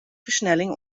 versnelling